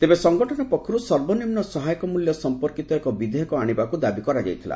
ତେବେ ସଙ୍ଗଠନ ପକ୍ଷରୁ ସର୍ବନିମ୍ନ ସହାୟକ ମୂଲ୍ୟ ସମ୍ପର୍କିତ ଏକ ବିଧେୟକ ଆଶିବାକୁ ଦାବି କରାଯାଇଥିଲା